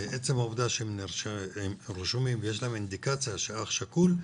עצם העובדה שהם רשומים ויש להם אינדיקציה של אח שכול,